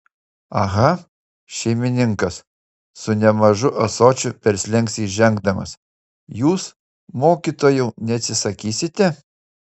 aha šeimininkas su nemažu ąsočiu per slenkstį žengdamas jūs mokytojau neatsisakysite